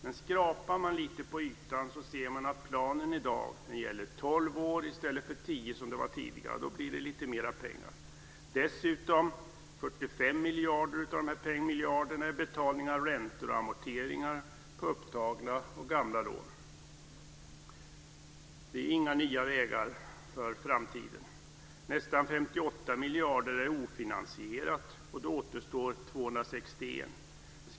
Men skrapar man lite på ytan ser man att planen i dag gäller tolv år i stället för tio som det var tidigare. Då blir det lite mer pengar. Dessutom är 45 av de här miljarderna betalningar av räntor och amorteringar på upptagna och gamla lån. Det är inga nya vägar för framtiden. Nästan 58 miljarder är ofinansierade, och då återstår 261 miljarder.